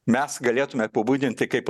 mes galėtume apibūdinti kaip